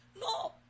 no